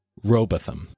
Robotham